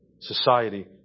society